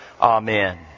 Amen